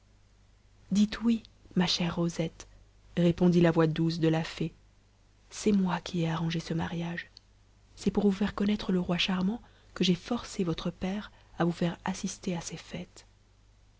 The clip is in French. dites oui ma chère rosette répondit la voix douce de la fée c'est moi qui ai arrangé ce mariage c'est pour vous faire connaître le roi charmant que j'ai forcé votre père à vous faire assister à ces fêtes